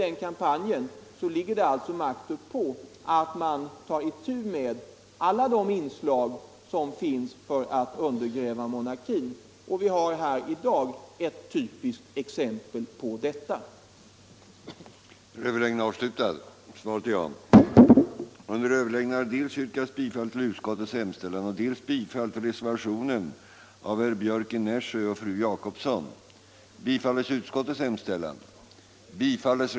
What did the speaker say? Därför ligger det makt uppå att man tar itu med alla de försök som görs att undergräva monarkin, och vi har här i dag ett typiskt exempel på sådana försök.